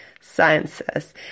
sciences